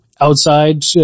outside